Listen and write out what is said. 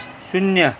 शून्य